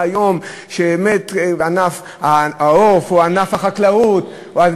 אם יצטרכו לחקור את